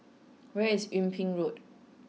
where is Yung Ping Road